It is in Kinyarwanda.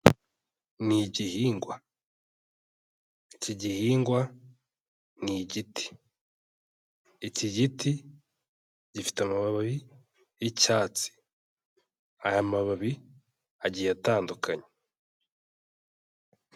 Ni igihingwa, iki gihingwa ni igiti, iki giti gifite amababi yicyatsi, aya mababi agiye atandukanye.